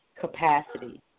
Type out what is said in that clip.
capacity